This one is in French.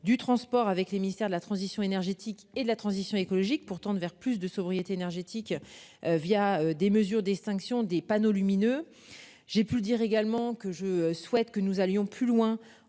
du transport avec le ministère de la transition énergétique et de la transition écologique pour tendre vers plus de sobriété énergétique. Via des mesures d'extinction des panneaux lumineux. J'ai pu dire également que je souhaite que nous allions plus loin,